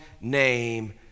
name